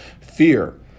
fear